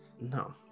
no